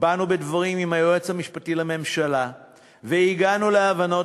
באנו בדברים עם היועץ המשפטי לממשלה והגענו להבנות